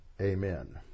Amen